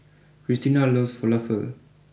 Christina loves Falafel